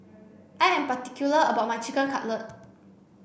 I am particular about my Chicken Cutlet